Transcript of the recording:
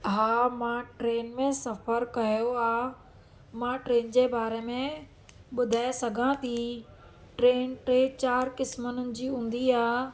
हा मां ट्रेन में सफ़रु कयो आहे मां ट्रेन जे बारे में ॿुधाए सघां थी ट्रेन टे चारि क़िस्मनि जी हूंदी आहे